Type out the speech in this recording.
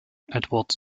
edwards